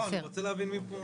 אני רוצה להבין למי הקרדיט.